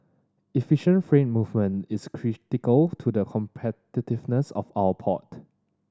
efficient freight movement is critical to the competitiveness of our port